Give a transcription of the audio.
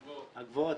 הגבוהות,